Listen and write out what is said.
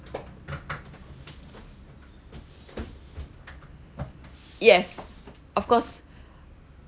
yes of course